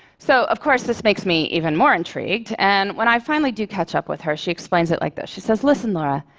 so of course this makes me even more intrigued, and when i finally do catch up with her, she explains it like this. she says, listen laura,